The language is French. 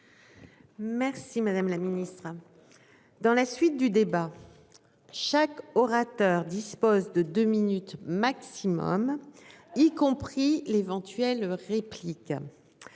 Merci madame la ministre. Dans la suite du débat. Chaque orateur dispose de deux minutes maximum, y compris l'éventuelle réplique.